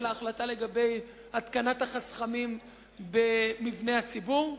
ההחלטה לגבי התקנת חסכמים במבני ציבור.